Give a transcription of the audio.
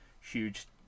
huge